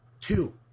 two